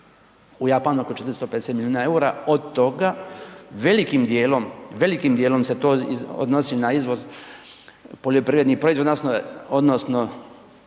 u Japan oko 450 miliona EUR-a od toga velikim dijelom, velikim dijelom se to odnosi na izvoz poljoprivrednih proizvoda odnosno